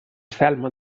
selma